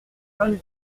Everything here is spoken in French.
lui